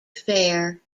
fair